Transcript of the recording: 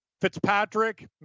Fitzpatrick